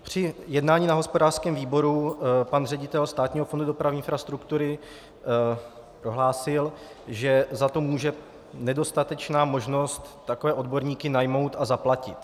Při jednání na hospodářském výboru pan ředitel Státního fondu dopravní infrastruktury prohlásil, že za to může nedostatečná možnost takové odborníky najmout a zaplatit.